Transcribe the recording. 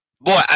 Boy